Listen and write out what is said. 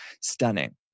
stunning